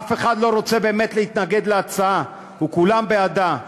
אף אחד לא רוצה באמת להתנגד להצעה וכולם בעדה,